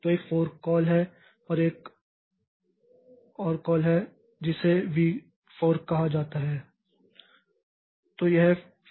तो एक fork call है और एक और कॉल है जिसे vfork कहा जाता है